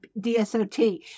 DSOT